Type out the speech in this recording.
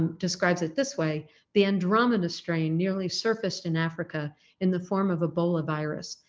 um describes it this way the andromeda strain nearly surfaced in africa in the form of ebola virus.